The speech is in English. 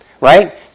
right